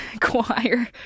choir